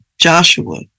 Joshua